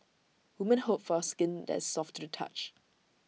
women hope for skin that is soft to the touch